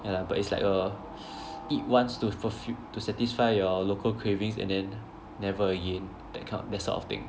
ya lah but it's like uh eat once to fulfill to satisfy your local cravings and then never again that kind of that sort of thing